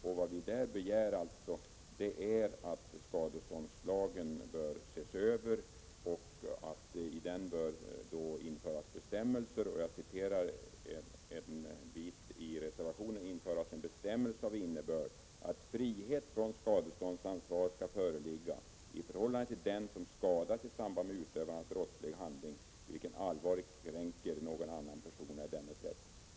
I reservationen begär vi att skadeståndslagen skall ses över och att det i lagen bör ”införas en bestämmelse av innebörd att frihet från skadeståndsansvar skall föreligga i förhållande till den som skadas i samband med utövandet av en brottslig handling, vilken allvarligt kränker någon annan person eller dennes rätt”.